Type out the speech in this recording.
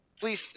Please